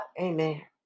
Amen